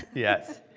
yes.